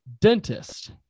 dentist